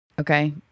okay